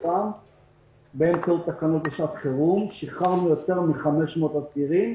באמצעות תקנות שעת חירום שחררנו יותר מ-500 אסירים.